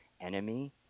enemy